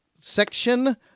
section